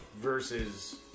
versus